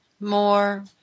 more